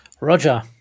Roger